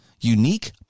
unique